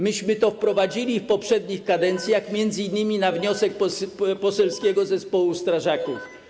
Myśmy to wprowadzili w poprzednich kadencjach, m.in. na wniosek poselskiego zespołu strażaków.